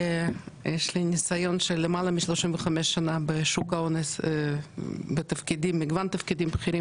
יש לי ניסיון של למעלה מ-35 שנה בשוק ההון במגוון תפקידים בכירים